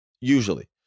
usually